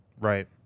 Right